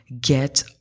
get